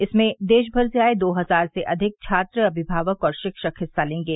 इसमें देशभर से आए दो हजार से अधिक छात्र अमिभावक और शिक्षक हिस्सा लेंगे